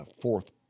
fourth